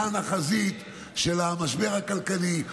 כאן החזית של המשבר הכלכלי,